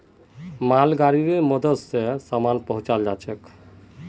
मालगाड़ीर मदद स सामान पहुचाल जाछेक